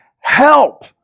help